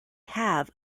have